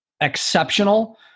exceptional